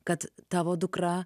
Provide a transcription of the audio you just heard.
kad tavo dukra